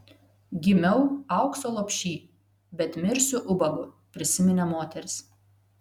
gimiau aukso lopšy bet mirsiu ubagu prisiminė moteris